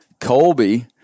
Colby